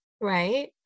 Right